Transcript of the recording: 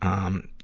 um,